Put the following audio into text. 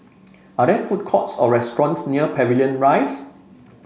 are there food courts or restaurants near Pavilion Rise